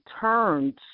turns